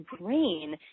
brain